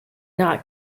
not